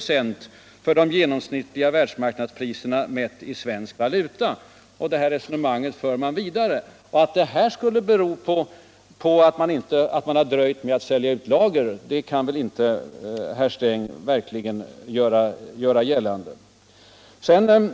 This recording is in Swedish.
6 för de genomsnittliga världsmarknadspriserna, mitt i svensk valuta.” Det resonemanget utvecklas sedan ytterligare, och att orsaken skulle vara att företagen har dröjt med att sälja ut lager kan herr Sträng verkligen inte få något stöd för hos konjunkturinstitutet.